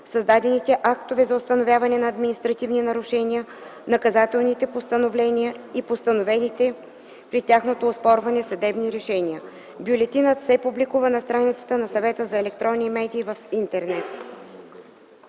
издадените актове за установяване на административни нарушения, наказателните постановления и постановените при тяхното оспорване съдебни решения. Бюлетинът се публикува на страницата на Съвета за електронни медии в интернет.”